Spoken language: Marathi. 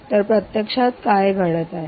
तर प्रत्यक्षात काय घडत आहे